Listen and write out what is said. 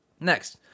Next